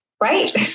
right